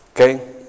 Okay